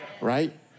right